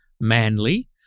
Manly